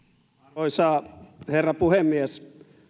arvoisa herra puhemies